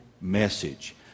message